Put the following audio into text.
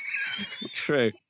True